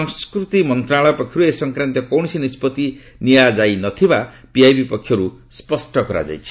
ସଂସ୍କୃତି ମନ୍ତ୍ରଣାଳୟ ପକ୍ଷରୁ ଏ ସଂକ୍ରାନ୍ତୀୟ କୌଣସି ନିଷ୍ପଭି ନିଆଯାଇ ନ ଥିବା ପିଆଇବି ପକ୍ଷରୁ ସ୍ୱଷ୍ଟ କରାଯାଇଛି